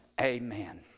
Amen